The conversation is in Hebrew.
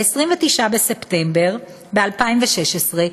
ב-29 בספטמבר 2016,